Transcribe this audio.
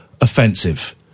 offensive